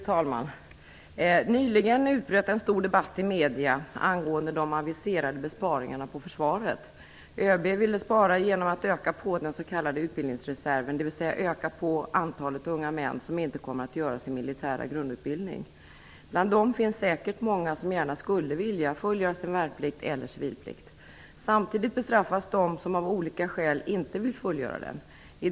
Fru talman! Nyligen utbröt en stor debatt i media angående de aviserade besparingarna på försvaret. ÖB ville spara genom att öka på den s.k. utbildningsreserven, dvs. öka på antalet unga män som inte kommer att göra sin militära grundutbildning. Bland dem finns säkert många som gärna skulle vilja fullgöra sin värnplikt eller civilplikt. Samtidigt bestraffas de som av olika skäl inte vill fullgöra sin plikt.